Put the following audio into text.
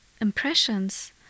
impressions